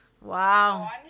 Wow